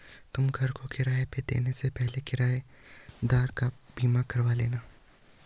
तुम घर को किराए पे देने से पहले किरायेदार बीमा करवा लेना